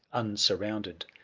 unsurrounded.